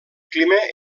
clima